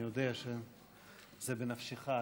אני יודע שזה בנפשך.